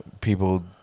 people